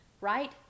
right